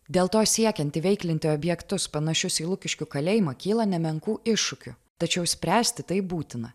dėl to siekiant įveiklinti objektus panašius į lukiškių kalėjimą kyla nemenkų iššūkių tačiau spręsti tai būtina